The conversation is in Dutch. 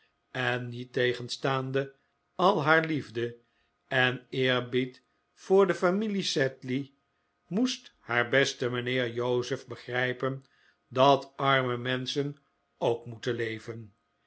en niettegenstaande al haar liefde en eerbied voor de familie sedley moest haar beste mijnheer joseph begrijpen dat arme menschen ook moeten leven